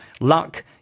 Luck